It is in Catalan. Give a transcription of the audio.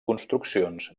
construccions